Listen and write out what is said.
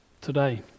today